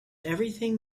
everything